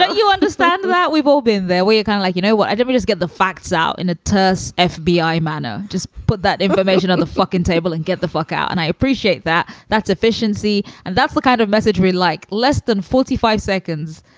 ah you understand that we've all been there. we are kind of like, you know what i did? we just get the facts out in a terse ah fbi manner. just put that information on the fuckin table and get the fuck out. and i appreciate that. that's efficiency. and that's the kind of message we like. less than forty five seconds.